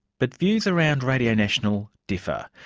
but views around radio national differ.